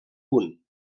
punt